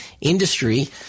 industry